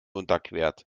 unterquert